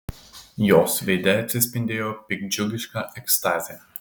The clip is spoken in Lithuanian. jos veide atsispindėjo piktdžiugiška ekstazė